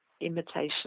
imitation